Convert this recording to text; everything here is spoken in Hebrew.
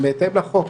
בהתאם לחוק.